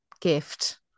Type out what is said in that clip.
gift